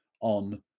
on